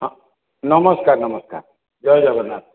ହଁ ନମସ୍କାର ନମସ୍କାର ଜୟ ଜଗନ୍ନାଥ